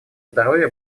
здоровья